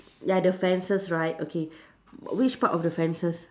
ya the fences right okay which part of the fences